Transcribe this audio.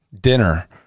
dinner